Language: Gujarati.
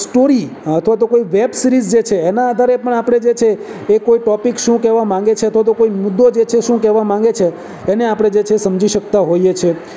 સ્ટોરી અથવા તો કોઈ વેબ સિરીઝ છે જે એના આધારે પણ આપણે જે છે એ કોઈ ટોપીક શું કહેવા માગે છે અથવા તો કોઈ મુદ્દો જે છે શું કહેવા માગે છે એને આપણે જે છે એ સમજી શકતા હોઈએ છીએ